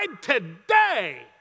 today